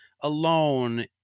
alone